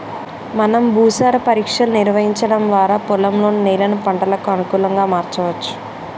మనం భూసార పరీక్షలు నిర్వహించడం వారా పొలంలోని నేలను పంటలకు అనుకులంగా మార్చవచ్చు